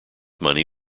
money